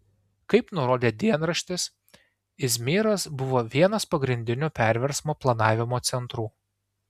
kaip nurodė dienraštis izmyras buvo vienas pagrindinių perversmo planavimo centrų